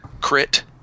Crit